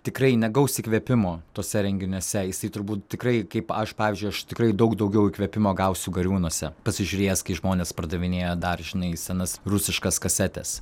tikrai negaus įkvėpimo tuose renginiuose jisai turbūt tikrai kaip aš pavyzdžiui aš tikrai daug daugiau įkvėpimo gausiu gariūnuose pasižiūrėjęs kai žmonės pardavinėja dar žinai senas rusiškas kasetes